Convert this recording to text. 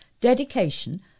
dedication